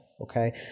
okay